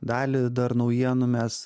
dalį dar naujienų mes